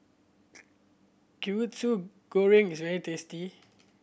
Kwetiau Goreng is very tasty